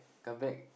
come back